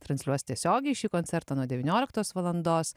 transliuos tiesiogiai šį koncertą nuo devynioliktos valandos